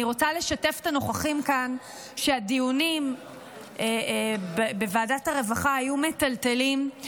אני רוצה לשתף את הנוכחים כאן שהדיונים בוועדת הרווחה היו מטלטלים.